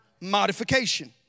modification